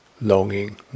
longing